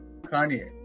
Kanye